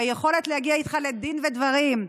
ועל היכולת להגיע איתך לדין ודברים.